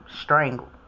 strangled